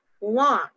long